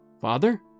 Father